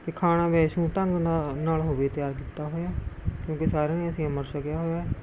ਅਤੇ ਖਾਣਾ ਵੈਸ਼ਨੂੰ ਢੰਗ ਨਾ ਨਾਲ ਹੋਵੇ ਤਿਆਰ ਕੀਤਾ ਹੋਇਆ ਕਿਉਂਕਿ ਸਾਰਿਆ ਨੇ ਅਸੀਂ ਅੰਮ੍ਰਿਤ ਛੱਕਿਆ ਹੋਇਆ